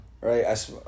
right